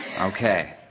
Okay